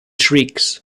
shrieks